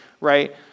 Right